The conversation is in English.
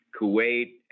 Kuwait